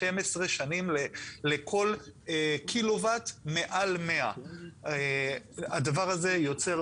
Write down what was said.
12 שנים לכל קילו וואט מעל 100. הדבר הזה יוצר